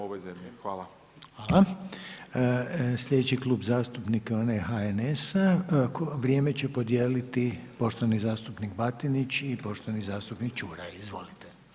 Slijedeći Klub zastupnika je onaj HNS-a, vrijeme će podijeliti poštovani zastupnik Batinić i poštovani zastupnik Čuraj, izvolite.